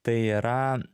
tai yra